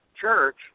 church